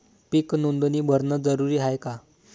पीक नोंदनी भरनं जरूरी हाये का?